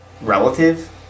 relative